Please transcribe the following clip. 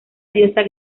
diosa